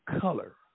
color